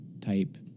type